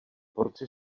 porci